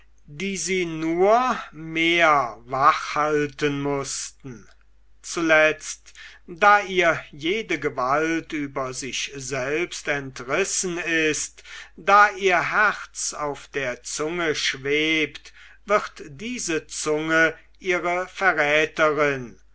die sie nur mehr wach halten mußten zuletzt da ihr jede gewalt über sich selbst entrissen ist da ihr herz auf der zunge schwebt wird diese zunge ihre verräterin